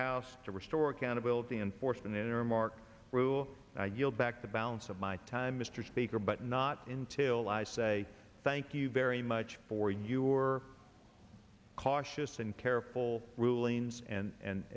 house to restore accountability unfortunate remark rule i yield back the balance of my time mr speaker but not until i say thank you very much for your cautious and careful all rulings and a